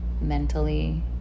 mentally